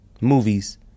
movies